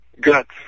guts